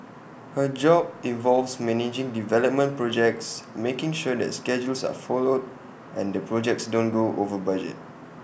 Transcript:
her job involves managing development projects making sure that schedules are followed and the projects don't go over budget